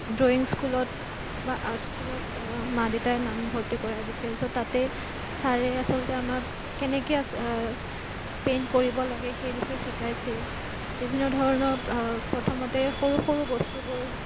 drawing স্কুলত বা art স্কুলত মা দেউতাই নাম ভৰ্তি কৰাই দিছিল ছ' তাতেই ছাৰে আচলতে আমাক কেনেকৈ পেইণ্ট কৰিব লাগে সেই বিষয়ে শিকাইছিল বিভিন্ন ধৰণৰ প্ৰথমতে সৰু সৰু বস্তুবোৰ